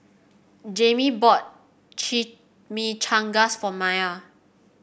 Jamey bought Chimichangas for Myah